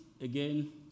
again